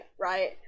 right